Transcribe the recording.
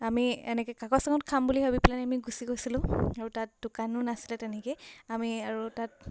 আমি এনেকৈ কাকচাঙত খাম বুলি ভাবি পেলাহেনি আমি গুচি গৈছিলোঁ আৰু তাত দোকানো নাছিলে তেনেকৈ আমি আৰু তাত